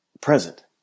Present